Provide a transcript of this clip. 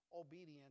obedient